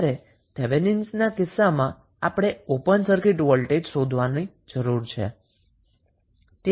જ્યારે થેવેનિનના કિસ્સામાં આપણે ઓપન સર્કિટ વોલ્ટેજ શોધવાની જરૂર છે